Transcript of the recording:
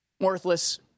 Worthless